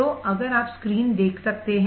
तो अगर आप स्क्रीन देख सकते हैं